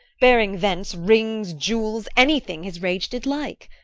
bearing thence rings, jewels, anything his rage did like.